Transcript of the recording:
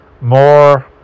more